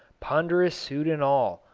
ponderous suit and all,